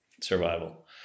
survival